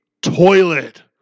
toilet